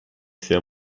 sehr